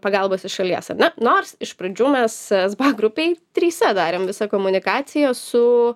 pagalbos iš šalies ar ne nors iš pradžių mes sba grupėj trise darėm visą komunikaciją su